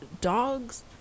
dogs